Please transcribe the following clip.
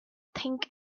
think